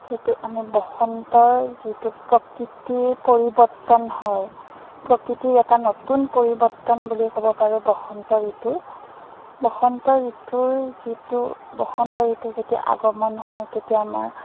সেইটো আমি বসন্তৰ যিটো প্ৰকৃতিৰ পৰিৱৰ্তন হয় প্ৰকৃতিৰ এটা নতুন পৰিৱৰ্তন বুলি ক'ব পাৰোঁ বসন্ত ঋতু বসন্ত ঋতুৰ যিটো বসন্ত ঋতুৰ যেতিয়া আগমণ হয় তেতিয়া আমাৰ